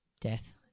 death